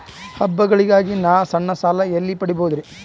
ಹಬ್ಬಗಳಿಗಾಗಿ ನಾ ಸಣ್ಣ ಸಾಲ ಎಲ್ಲಿ ಪಡಿಬೋದರಿ?